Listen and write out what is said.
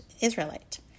Israelite